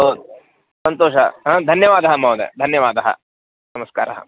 ओ सन्तोषः धन्यवादः महोदय धन्यवादः नमस्कारः